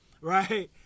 right